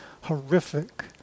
horrific